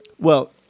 Well-